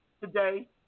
today